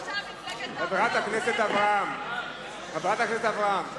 חברת הכנסת אברהם, חברת הכנסת אברהם.